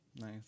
Nice